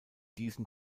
diesen